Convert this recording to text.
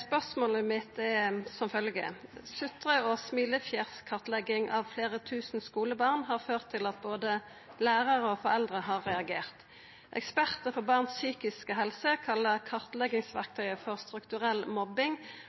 Spørsmålet mitt er følgjande: «Sutre- og smilefjeskartlegging av flere tusen skolebarn har ført til at både lærere og foreldre har reagert. Eksperter på barns psykiske helse kaller kartleggingsverktøyet for «strukturell mobbing»